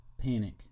panic